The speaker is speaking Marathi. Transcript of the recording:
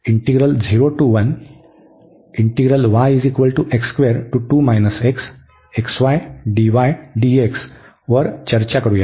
तर आपण या वर चर्चा करूया